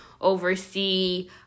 oversee